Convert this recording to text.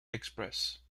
express